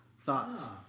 Thoughts